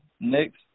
next